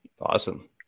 awesome